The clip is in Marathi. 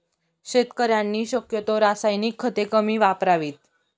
शेतकऱ्यांनी शक्यतो रासायनिक खते कमी वापरावीत